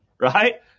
right